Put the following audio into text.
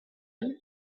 him